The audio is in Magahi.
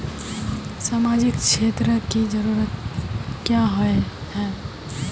सामाजिक क्षेत्र की जरूरत क्याँ होय है?